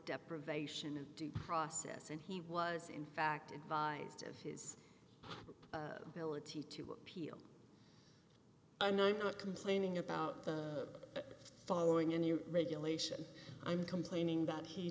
deprivation and due process and he was in fact advised of his ability to appeal and i'm not complaining about the following any regulation i'm complaining that he